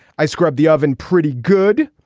i scrub the oven pretty good,